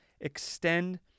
extend